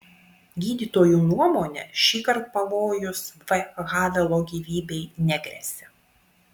gydytojų nuomone šįkart pavojus v havelo gyvybei negresia